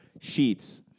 sheets